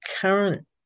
current